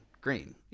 green